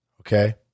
Okay